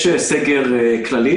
יש סגר כללי,